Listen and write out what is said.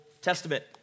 Testament